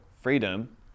freedom